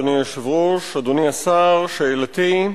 אדוני היושב-ראש, אדוני השר, שאלתי: